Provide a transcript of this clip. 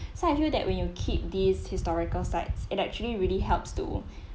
so I feel that when you keep these historical sites it actually really helps to